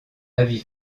avis